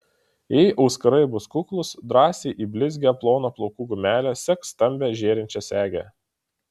jei auskarai bus kuklūs drąsiai į blizgią ploną plaukų gumelę sek stambią žėrinčią segę